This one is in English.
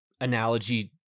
analogy